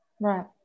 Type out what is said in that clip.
Right